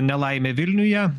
nelaimė vilniuje